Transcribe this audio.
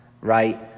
Right